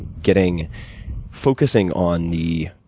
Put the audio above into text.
getting focusing on the